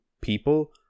people